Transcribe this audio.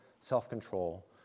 self-control